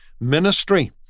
Ministry